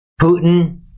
Putin